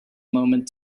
moment